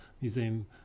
museum